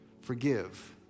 Forgive